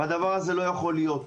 והדבר הזה לא יכול להיות.